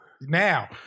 Now